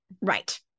Right